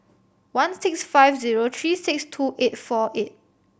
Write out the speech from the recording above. one six five zero three six two eight four eight